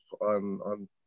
on